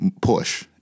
push